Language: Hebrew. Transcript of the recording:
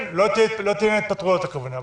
לא יהיו התפטרויות, הכוונה.